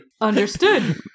Understood